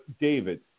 David